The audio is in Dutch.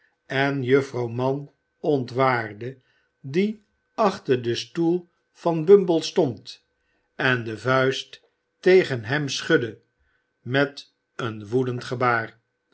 en juffrouw mann ontwaarde die achter den stoel van bumble stond en de vuist tegen hem schudde met een woedend gebaar